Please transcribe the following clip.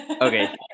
Okay